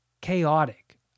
chaotic